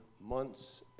months